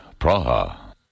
Praha